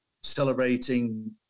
celebrating